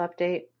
update